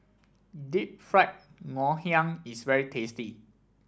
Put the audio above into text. Deep Fried Ngoh Hiang is very tasty